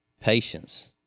patience